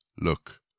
Look